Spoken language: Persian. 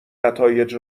نتایج